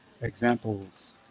Examples